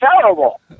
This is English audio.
terrible